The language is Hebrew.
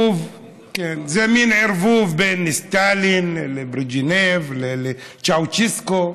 זה מין ערבוב בין סטלין, ברז'נייב וצ'אושסקו,